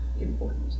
important